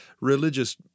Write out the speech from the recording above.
religious